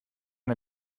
der